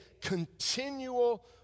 continual